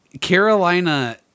Carolina